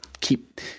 keep –